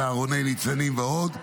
צהרוני ניצנים ועוד.